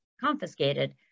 confiscated